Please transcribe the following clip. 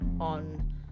on